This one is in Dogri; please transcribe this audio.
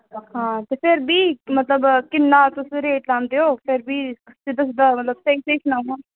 हां ते फिर बी मतलब किन्ने किन्ना तुस रेट लांदे हो फिर बी सिद्धा सिद्धा मतलब स्हेई स्हेई सनाओ हां